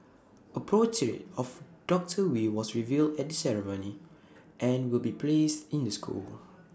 A portrait of doctor wee was revealed at the ceremony and will be placed in the school